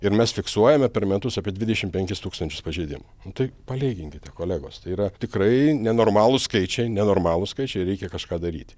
ir mes fiksuojame per metus apie dvidešimt penkis tūkstančius pažeidimų tai palyginkite kolegos tai yra tikrai nenormalūs skaičiai nenormalūs skaičiai ir reikia kažką daryti